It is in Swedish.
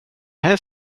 här